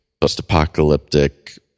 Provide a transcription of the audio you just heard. post-apocalyptic